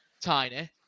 tiny